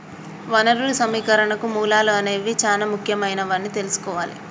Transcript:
వనరులు సమీకరణకు మూలాలు అనేవి చానా ముఖ్యమైనవని తెల్సుకోవాలి